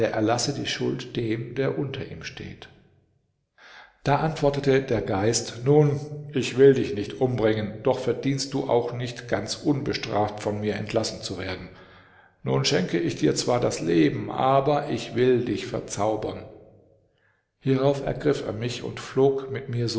erlasse die schuld dem der unter ihm steht da antwortete der geist nun ich will dich nicht umbringen doch verdienst du auch nicht ganz unbestraft von mir entlassen zu werden nun schenke ich dir zwar das leben aber ich will dich verzaubern hierauf ergriff er mich und flog mit mir